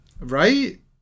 Right